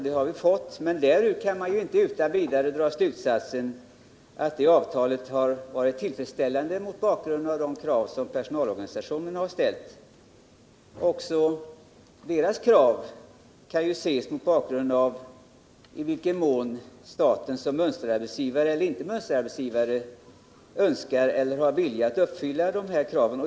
Det är riktigt, men därav kan man inte utan vidare dra slutsatsen att det avtalet har tillgodosett personalorganisationernas krav. Även detta kan ses mot bakgrunden av frågan huruvida staten uppträtt som mönsterarbetsgivare och försökt tillgodose personalorganisationernas krav.